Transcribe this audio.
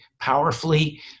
powerfully